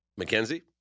McKenzie